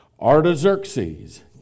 Artaxerxes